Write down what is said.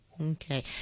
Okay